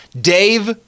Dave